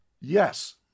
Yes